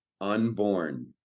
unborn